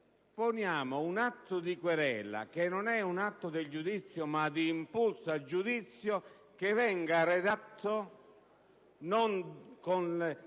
di un atto di querela, che non è un atto del giudizio, ma di impulso al giudizio, che venga redatto non da un